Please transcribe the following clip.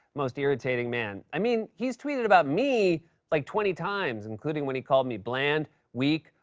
most irritating man. i mean, he's tweeted about me like twenty times, including when he called me bland, weak,